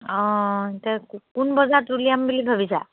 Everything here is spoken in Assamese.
অঁ এতিয়া কোন বজাৰত উলিয়াম বুলি ভাবিছা